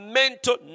mental